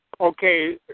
Okay